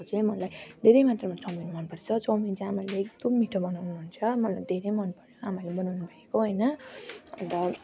चाहिँ मलाई धेरै मात्रामा चाउमिन मन पर्छ चाउमिन चाहिँ आमाले एकदम मिठो बनाउनु हुन्छ मलाई धेरै मन पर्छ आमाले बनाउनु भएको होइन अन्त